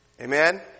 Amen